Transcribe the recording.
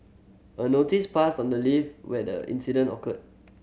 a notice pasted on the lift where the incident occurred